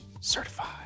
Certified